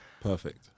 Perfect